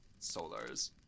solars